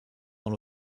dans